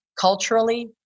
culturally